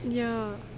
ya